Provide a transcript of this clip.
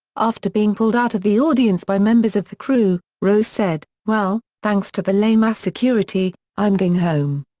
after being pulled out of the audience by members of the crew, rose said, well, thanks to the lame-ass security, i'm going home,